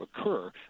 occur